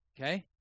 okay